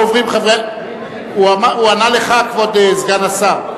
הוא ענה לך, כבוד סגן השר.